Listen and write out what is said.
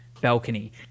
balcony